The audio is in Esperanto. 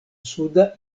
suda